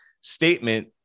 statement